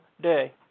day